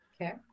okay